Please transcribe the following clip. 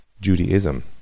Judaism